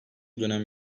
dönem